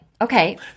Okay